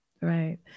Right